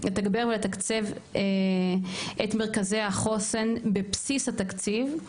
לתגבר ולתקצב את מרכזי החוסן בבסיס התקציב.